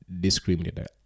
discriminated